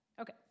Okay